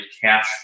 cash